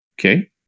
Okay